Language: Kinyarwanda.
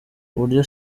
uburyo